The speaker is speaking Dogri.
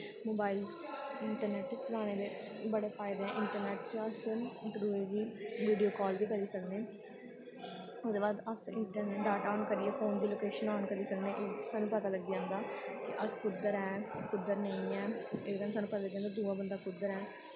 मोबाइल इंट्रनैट चलाने दे बड़े फायदे ऐ इंट्रनैट च अस इक दूए गी वीडियो काल बी करी सकने ओह्दे बाद अस इंट्रनैट डाटा आन करियै फोन दी लोकेशन आन करी सकने एह् सानूं पता लग्गी जंदा कि अस कुद्धर ऐ कुद्धर नेईं ऐ एह्दा बी सानूं पता दूआ बंदा कुद्धर ऐ